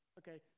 okay